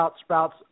sprouts